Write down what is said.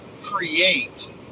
create